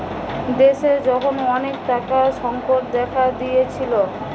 দেশে যখন অনেক টাকার সংকট দেখা দিয়েছিলো